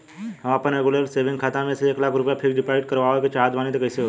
हम आपन regular saving खाता से एक लाख रुपया फिक्स डिपॉज़िट करवावे के चाहत बानी त कैसे होई?